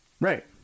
Right